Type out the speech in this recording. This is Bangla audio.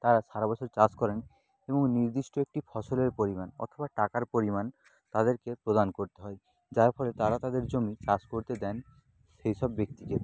তারা সারা বছর চাষ করেন এবং নির্দিষ্ট একটি ফসলের পরিমাণ অথবা টাকার পরিমাণ তাদেরকে প্রদান করতে হয় যার ফলে তারা তাদের জমি চাষ করতে দেন সেই সব ব্যক্তিকে